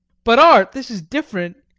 but, art, this is different.